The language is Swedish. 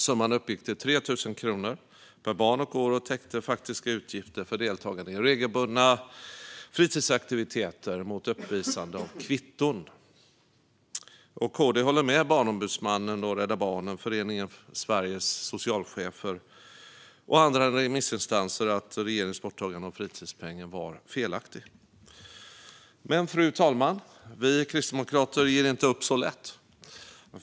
Summan uppgick till 3 000 kronor per barn och år och täckte faktiska utgifter för deltagande i regelbundna fritidsaktiviteter mot uppvisande av kvitton. Kristdemokraterna håller med Barnombudsmannen, Rädda Barnen, Föreningen Sveriges socialchefer och andra remissinstanser om att regeringens borttagande av fritidspengen var felaktigt. Fru talman! Vi kristdemokrater ger dock inte upp så lätt.